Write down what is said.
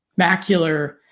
macular